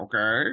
okay